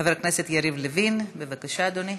חבר הכנסת יריב לוין, בבקשה, אדוני.